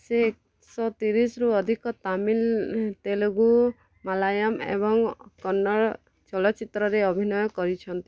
ସେ ଏକ ଶହ ତିରିଶିରୁ ଅଧିକ ତାମିଲ୍ ତେଲୁଗୁ ମାଲାୟଲମ୍ ଏବଂ କନ୍ନଡ଼ ଚଳଚ୍ଚିତ୍ରରେ ଅଭିନୟ କରିଛନ୍ତି